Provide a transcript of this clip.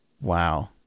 Wow